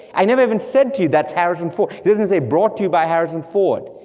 i never even said to you, that's harrison ford, it doesn't say, brought to you by harrison ford,